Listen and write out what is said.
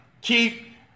keep